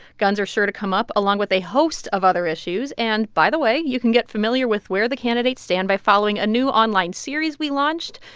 guns are sure to come up, along with a host of other issues. and by the way, you can get familiar with where the candidates stand by following a new online series we launched.